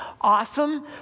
awesome